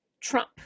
trump